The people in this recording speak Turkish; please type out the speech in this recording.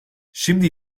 şimdi